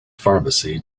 pharmacy